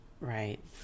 Right